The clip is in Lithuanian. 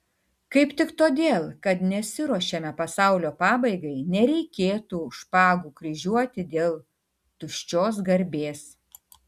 kaip tik todėl kad nesiruošiame pasaulio pabaigai nereikėtų špagų kryžiuoti dėl tuščios garbės